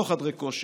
לא חדרי כושר,